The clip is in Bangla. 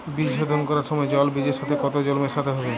বীজ শোধন করার সময় জল বীজের সাথে কতো জল মেশাতে হবে?